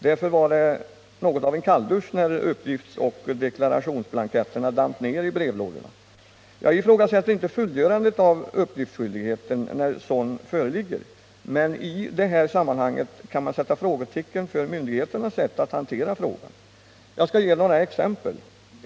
Därför blev det något av en kalldusch när uppgiftsoch deklarationsblanketterna damp ner i brevlådorna. Jag ifrågasätter inte fullgörandet av uppgiftsskyldighet när sådan föreligger, men i detta sammanhang kan man sätta frågetecken för myndigheternas sätt att hantera ärendet. Jag skall ge några exempel.